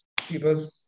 people